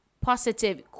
positive